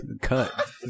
Cut